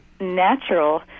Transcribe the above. natural